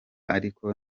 ariko